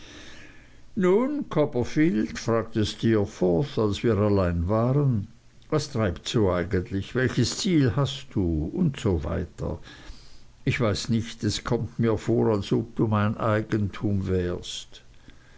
nun copperfield fragte steerforth als wir allein waren was treibst du eigentlich welches ziel hast du und so weiter ich weiß nicht es kommt mir vor als ob du mein eigentum wärst